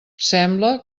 sembla